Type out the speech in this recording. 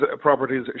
properties